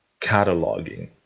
cataloging